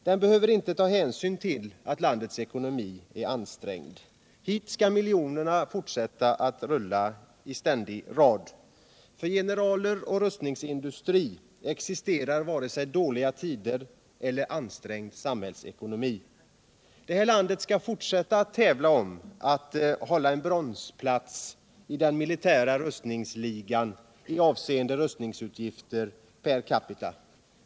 Den behöver inte ta hänsyn till att landets ekonomi är ansträngd. Hit skall miljonerna fortsätta att rulla i en ständig ström. För generaler och rustningsindustri existerar inte vare sig dåliga tider eller ansträngd samhällsekonomi. Detta land skall fortsätta att tävla om att hålla en bronsplats i den militära rustningsligan, avseende rustningsutgifter per capita.